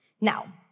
Now